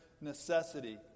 necessity